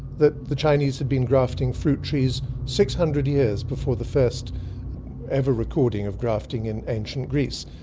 that the chinese had been grafting fruit trees six hundred years before the first ever recording of grafting in ancient greece.